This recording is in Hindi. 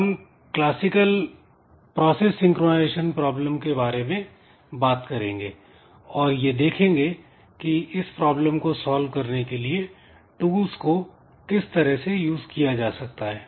हम क्लासिकल प्रोसेस सिंक्रोनाइजेशन प्रॉब्लम के बारे में बात करेंगे और यह देखेंगे कि इस प्रॉब्लम को सॉल्व करने के लिए टूल्स को किस तरह से यूज किया जा सकता है